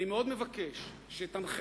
אני מאוד מבקש שתנחה,